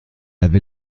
avait